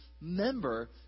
member